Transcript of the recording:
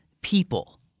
people